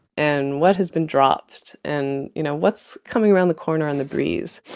and what has been dropped? and, you know, what's coming around the corner on the breeze?